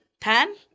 Ten